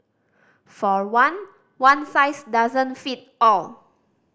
for one one size doesn't fit all